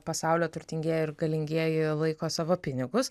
pasaulio turtingieji ir galingieji laiko savo pinigus